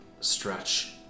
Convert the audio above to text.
stretch